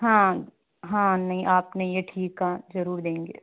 हाँ हाँ नहीं आपने यह ठीक कहा जरूर देंगे